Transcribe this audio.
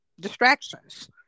distractions